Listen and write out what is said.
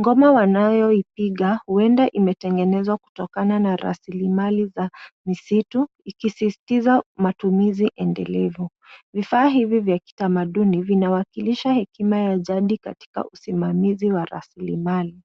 Ngoma wanayoipiga huenda imetengenezwa kutokana na rasilimali za misitu, ikisisitiza matumizi endelevu. Vifaa hivi vya kitamaduni vinawakilisha hekima ya jadi katika usimamizi wa rasilimali.